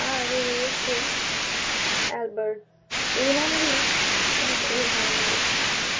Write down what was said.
আরও রয়েছে অ্যালবার্ট এই নামগুলি আমার খুবই ভালো লাগে